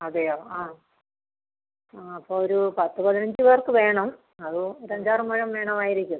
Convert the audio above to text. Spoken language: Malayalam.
അതെയോ ആ ആ അപ്പോൾ ഒരു പത്ത് പതിനഞ്ച് പേർക്ക് വേണം അതും ഒരഞ്ചാറ് മുഴം വേണമായിരിക്കും